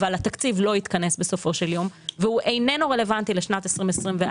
אבל התקציב לא התכנס בסופו של יום והוא איננו רלוונטי לשנת 2024,